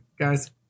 guys